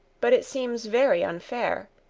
but it seems very unfair.